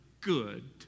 good